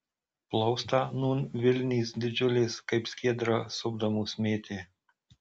plaustą nūn vilnys didžiulės kaip skiedrą supdamos mėtė